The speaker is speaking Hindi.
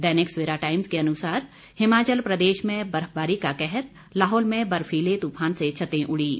दैनिक सवेरा टाइम्स के अनुसार हिमाचल प्रदेश में बर्फबारी का कहर लाहुल में बर्फीले तुफान से छतें उड़ीं